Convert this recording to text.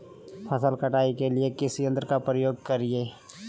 फसल कटाई के लिए किस यंत्र का प्रयोग करिये?